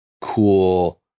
cool